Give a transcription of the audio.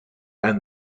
and